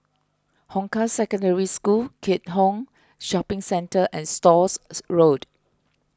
Hong Kah Secondary School Keat Hong Shopping Centre and Stores Road